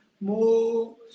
more